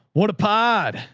what a pod?